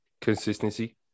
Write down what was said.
Consistency